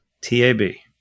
t-a-b